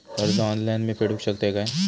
कर्ज ऑनलाइन मी फेडूक शकतय काय?